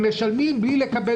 זה משהו שממש לא במציאות